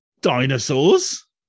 Dinosaurs